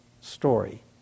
story